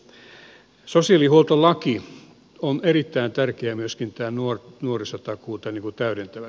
sosiaalihuoltolaki on erittäin tärkeä myöskin tämä nuorisotakuuta täydentävä